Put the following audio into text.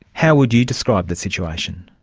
how would you describe the situation?